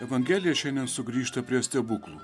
evangelija šiandien sugrįžta prie stebuklų